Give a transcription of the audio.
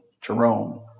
Jerome